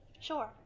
sure